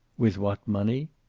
with what money?